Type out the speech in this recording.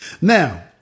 Now